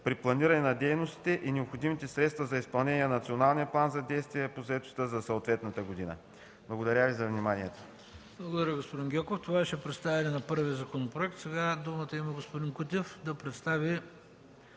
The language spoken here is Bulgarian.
при планиране на дейностите и необходимите средства за изпълнение на Националния план за действие по заетостта за съответната година. Благодаря Ви за вниманието. ПРЕДСЕДАТЕЛ ХРИСТО БИСЕРОВ: Благодаря, господин Гьоков. Това беше представяне на първия законопроект. Сега думата има господин Кутев да представи